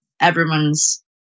everyone's